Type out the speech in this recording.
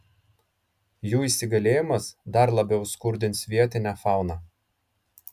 jų įsigalėjimas dar labiau skurdins vietinę fauną